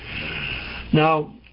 Now